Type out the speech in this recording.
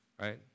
right